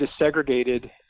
desegregated